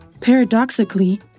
Paradoxically